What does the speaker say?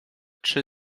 trzy